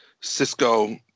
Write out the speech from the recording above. Cisco